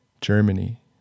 Germany